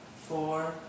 four